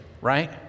right